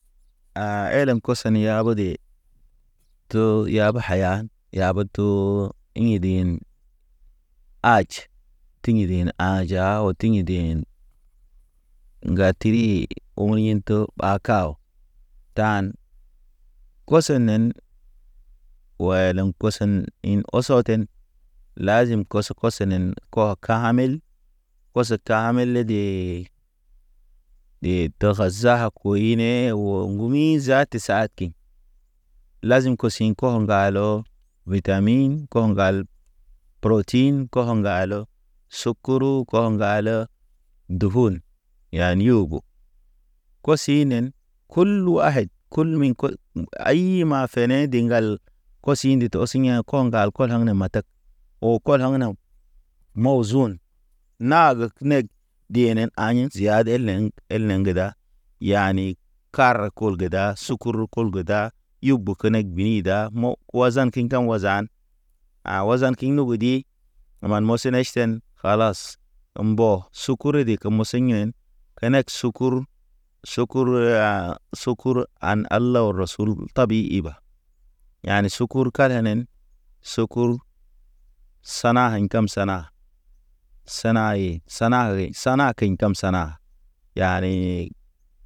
Ham gara hara gene, onɔmo̰ afa ʈʃen tuŋga ra raget. Lazim ay ke tahaba kedi yu keji has. Way ke taaba̰ ko marbud, rabat keɲ tedi. Uku tʃendi inte na bene, ketaban fik, kenek baru, aʃan di aro no tenen. Okəd mamar jaman tinen. Sala sal baru ne tawali ke mbada ke taaban. Fek aʃan njama teli ti o jaman zaata jo an jaman zaata saad kem. Kemaj gem gara fek, a bɔr ɓe neʃe. Jo a ɓenen rɔy ki tab, walaw ka̰ kitaban, fal safa filosofi awke ta bana taf kir ahame. Taf kir fuba fa har ŋgeŋgal fa har ken, In ʃala histoir aw ayidi. Kem gəra haɲ u kut al man motode, oso ri fu a rɔy te tam. Taban log al laŋ an kor nen ko ko awket ayin has. Ayi ma ke taba rɔɲ o kitʃir has, orɔɲ ŋgu tʃene yane ugu tʃine, u maane ugu dete mbada an. Go tʃene go de te sahatəm tə mɔrɔne. Marwaɲ ke mɔr franse, Ge mam tawali it ja aw kem alam ke ketabanen. Dan dege ge ŋgera franse aʃan te taban am; badem me hatame mam mɔr hatako hey fulan kati ti nen binid lazim el yelbɛ. Fra nelbə la la rɔgim alam ne ko ketab an falsafa. Folosofi ko rɔ ŋenen oko tʃide ɲiŋ de ri tʃan en ti me may degege, de ŋgereŋ to te ɔrɔnta far sebe dana ri tere re ye korom te te hɔr.